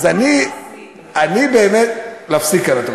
לפרוש בשיא, את אומרת: להפסיק כאן.